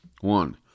One